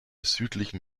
südlichen